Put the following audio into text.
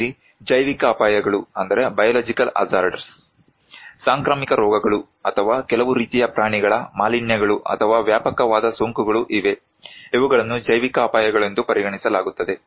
ನಮ್ಮಲ್ಲಿ ಜೈವಿಕ ಅಪಾಯಗಳು ಸಾಂಕ್ರಾಮಿಕ ರೋಗಗಳು ಅಥವಾ ಕೆಲವು ರೀತಿಯ ಪ್ರಾಣಿಗಳ ಮಾಲಿನ್ಯಗಳು ಅಥವಾ ವ್ಯಾಪಕವಾದ ಸೋಂಕುಗಳು ಇವೆ ಇವುಗಳನ್ನು ಜೈವಿಕ ಅಪಾಯಗಳು ಎಂದು ಪರಿಗಣಿಸಲಾಗುತ್ತದೆ